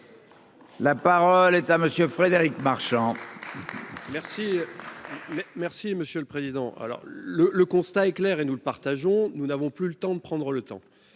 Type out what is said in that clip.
La parole est à monsieur Frédéric Marchand. Merci. Merci monsieur le président, alors le, le constat est clair et nous le partageons, nous n'avons plus le temps de prendre le temps,